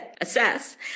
assess